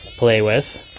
play with,